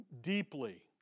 deeply